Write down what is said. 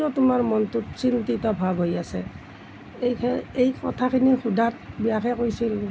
কিয় তোমাৰ মনটোত চিন্তিত ভাৱ হৈ আছে এই এই কথাখিনি সোধাত ব্যাসে কৈছিল